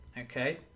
Okay